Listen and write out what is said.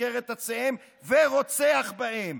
עוקר את עציהם ורוצח בהם.